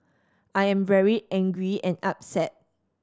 I am very angry and upset